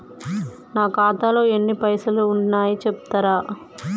నా ఖాతాలో ఎన్ని పైసలు ఉన్నాయి చెప్తరా?